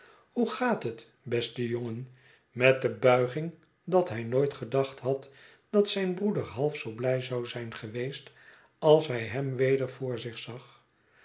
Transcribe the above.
hoe gaat het beste jongen met de betuiging dat hij nooit gedacht had dat zijn broeder half zoo blij zou zijn geweest als hij hem weder voor zich zag